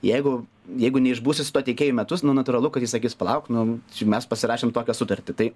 jeigu jeigu neišbūsi su tuo tiekėju metus nu natūralu kad jis sakys palauk nu mes pasirašėm tokią sutartį tai